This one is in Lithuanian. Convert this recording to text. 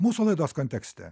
mūsų laidos kontekste